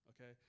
okay